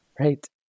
Right